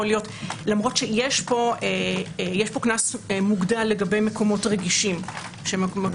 למרות שיש פה קנס מוגדל לגבי מקומות רגישים שהם: